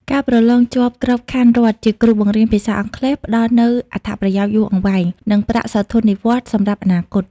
ការប្រឡងជាប់ក្របខ័ណ្ឌរដ្ឋជាគ្រូបង្រៀនភាសាអង់គ្លេស ផ្តល់នូវអត្ថប្រយោជន៍យូរអង្វែង និងប្រាក់សោធននិវត្តន៍សម្រាប់អនាគត។